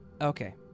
Okay